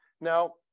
now